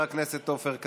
חבר הכנסת עופר כסיף,